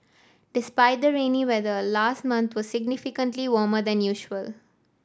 despite the rainy weather last month was significantly warmer than usual